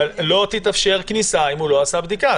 לא תתאפשר כניסה אם הוא לא עשה בדיקה.